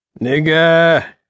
Nigga